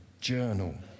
journal